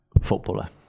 footballer